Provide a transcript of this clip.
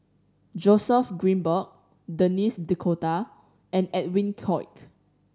Joseph Grimberg Denis D'Cotta and Edwin Koek